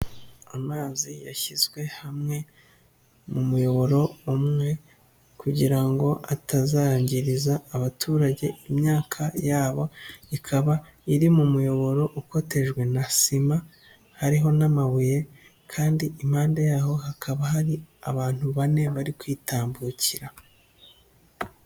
Amazi yashyizwe hamwe mu muyoboro umwe kugira ngo atazagiriza abaturage imyaka yabo, ikaba iri mu muyoboro ukotejwe na sima hariho n'amabuye kandi impande yaho hakaba hari abantu bane bari kwitambukira.